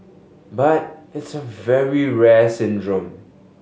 but it's a very rare syndrome